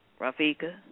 Rafika